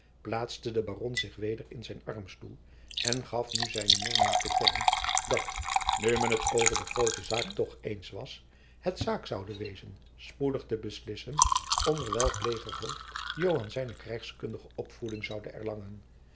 plaatste de baron zich weder in zijn armstoel en gaf nu zijne meening te kennen dat nu men het over de groote zaak toch eens was het zaak zoude wezen spoedig te beslissen onder welk legerhoofd joan zijne krijgskundige opvoeding zoude erlangen